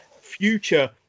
future